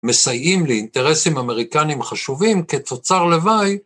מסייעים לאינטרסים אמריקנים חשובים כתוצר לוואי...